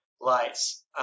lights